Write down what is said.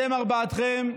אתם ארבעתכם,